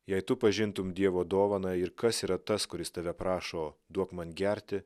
jei tu pažintum dievo dovaną ir kas yra tas kuris tave prašo duok man gerti